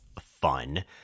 fun